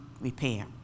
repair